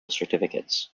certificates